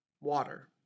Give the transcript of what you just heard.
water